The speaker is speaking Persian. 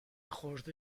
خورده